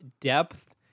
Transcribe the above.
depth